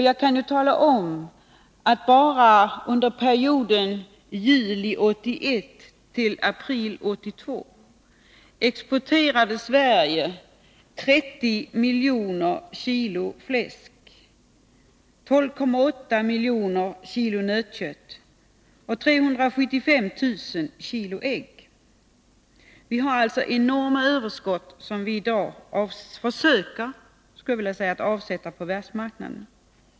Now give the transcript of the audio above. Jag kan tala om att Sverige bara under perioden juli 1981-april 1982 exporterade 30 miljoner kilo fläsk, 12,8 miljoner kilo nötkött och 375 000 kilo ägg. Vi har alltså enorma överskott, som vi i dag försöker avsätta på världsmarknaden.